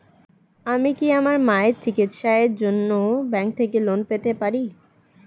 আমি কি আমার মায়ের চিকিত্সায়ের জন্য ব্যঙ্ক থেকে লোন পেতে পারি?